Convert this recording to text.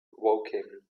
woking